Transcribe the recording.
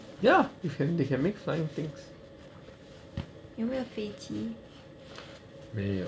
ya they can they can make flying things